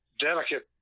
delicate